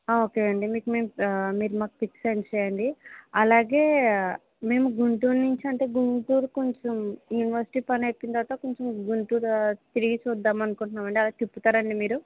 okay అండి మీకు మేము మీరు మాకు పిక్స్ సెండ్ చేయండి అలాగే మేము గుంటూరు నుంచి అంటే గుంటూరు కొంచం యూనివర్సిటీ పని అయిపోయిన తర్వాత కొంచం గుంటూరు తిరిగేసి వద్దామనుకుంటున్నామండి అలా తిప్పుతారండి మీరు